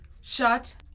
Shut